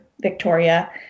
Victoria